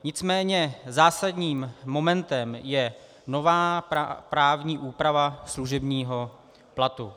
Nicméně zásadním momentem je nová právní úprava služebního platu.